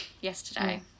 yesterday